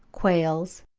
quails,